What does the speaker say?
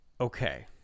okay